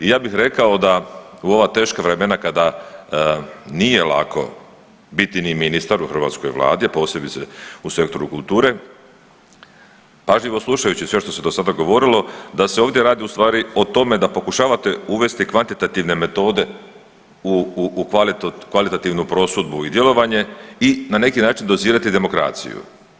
I ja bih rekao da u ova teška vremena kada nije lako biti ni ministar u hrvatskoj vladi, a posebice u sektoru kulture, pažljivo slušajući sve što se do sada govorilo da se ovdje radi ustvari o tome da pokušavate uvesti kvantitativne metode u kvalitativnu prosudbu i djelovanje i na neki način dozirati demokraciju.